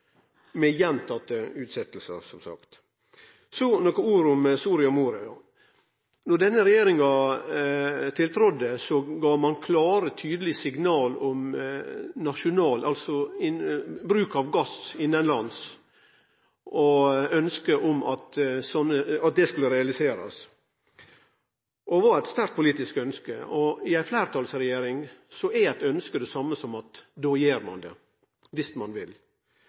sagt. Så nokre ord om Soria Moria. Då denne regjeringa tiltredde, gav ein klare og tydelege signal om bruk av gass innanlands og uttrykt eit ønske om at det skulle bli realisert. Det var eit sterkt politisk ønske, og i ei fleirtalsregjering er eit ønske det same som at då gjer ein det – viss ein vil.